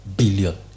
billion